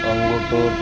Kandukur